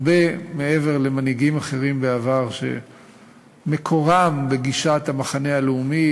הרבה מעבר למנהיגים אחרים בעבר שמקורם בגישת המחנה הלאומי,